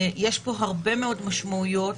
יש פה הרבה מאוד משמעויות.